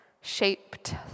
shaped